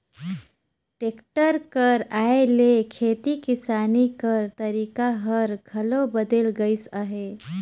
tractor कर आए ले खेती किसानी कर तरीका हर घलो बदेल गइस अहे